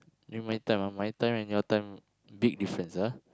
during my time ah my time and your time big difference ah